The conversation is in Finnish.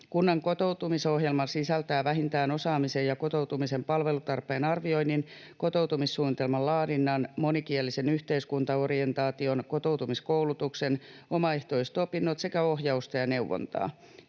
Kunnan kotoutumisohjelma sisältää vähintään osaamisen ja kotoutumisen palvelutarpeen arvioinnin, kotoutumissuunnitelman laadinnan, monikielisen yhteiskuntaorientaation, kotoutumiskoulutuksen, omaehtoiset opinnot sekä ohjausta ja neuvontaa.